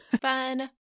Fun